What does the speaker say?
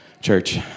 church